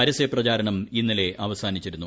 പരസ്യപ്രചാരണം ഇന്നലെ അവസാനിച്ചിരുന്നു